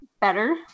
better